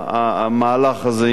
המהלך הזה,